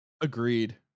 Agreed